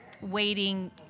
waiting